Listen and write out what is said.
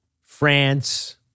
France